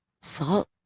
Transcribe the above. salt